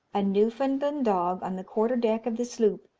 a newfoundland dog, on the quarter-deck of the sloop,